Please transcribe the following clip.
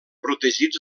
protegits